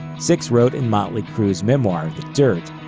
sixx wrote in motley crue's memoir the dirt,